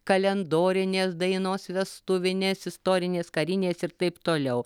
kalendorinės dainos vestuvinės istorinės karinės ir taip toliau